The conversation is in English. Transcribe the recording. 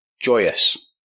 Joyous